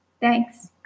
Thanks